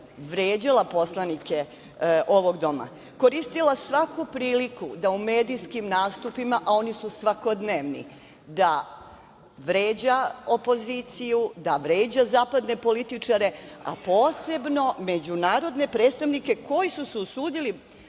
vređala poslanike ovog doma. Koristila je svaku priliku da u medijskim nastupima, a oni su svakodnevni, da vređa opoziciju, da vređa zaposlene političare, a posebno međunarodne predstavnike koji su se usudili